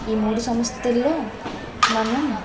ఈ మూడు సంస్థల్లో మనం